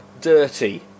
dirty